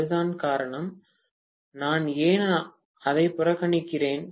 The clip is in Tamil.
அதுதான் காரணம் நான் ஏன் அதை புறக்கணிக்கிறேன்